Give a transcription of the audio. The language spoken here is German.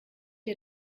ihr